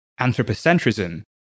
anthropocentrism